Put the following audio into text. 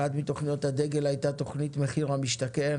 אחת מתוכניות הדגל היתה תוכנית מחיר למשתכן